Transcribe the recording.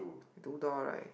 two door right